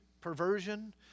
perversion